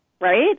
right